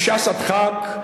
בשעת הדחק,